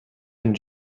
and